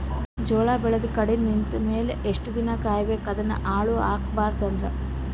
ಜೋಳ ಬೆಳೆದು ಕಡಿತ ನಿಂತ ಮೇಲೆ ಎಷ್ಟು ದಿನ ಕಾಯಿ ಬೇಕು ಅದನ್ನು ಹಾಳು ಆಗಬಾರದು ಅಂದ್ರ?